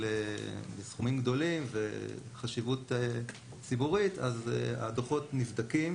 סכומים גדולים וחשיבות ציבורית הדוחות נבדקים.